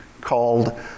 called